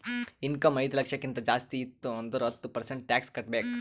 income ಐಯ್ದ ಲಕ್ಷಕ್ಕಿಂತ ಜಾಸ್ತಿ ಇತ್ತು ಅಂದುರ್ ಹತ್ತ ಪರ್ಸೆಂಟ್ ಟ್ಯಾಕ್ಸ್ ಕಟ್ಟಬೇಕ್